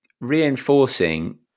reinforcing